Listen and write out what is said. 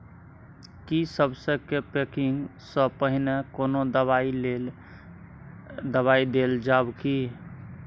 की सबसे के पैकिंग स पहिने कोनो दबाई देल जाव की?